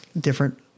different